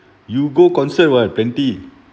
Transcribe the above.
you go concert [what] plenty